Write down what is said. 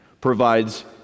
provides